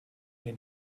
den